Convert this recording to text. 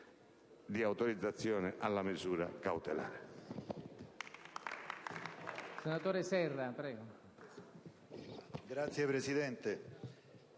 dell'autorizzazione alla misura cautelare.